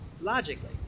logically